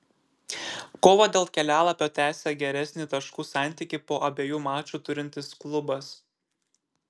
kovą dėl kelialapio tęsia geresnį taškų santykį po abiejų mačų turintis klubas